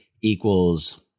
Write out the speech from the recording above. equals